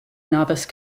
novice